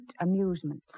amusement